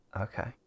Okay